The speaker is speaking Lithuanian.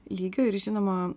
lygio ir žinoma